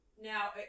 Now